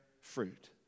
fruit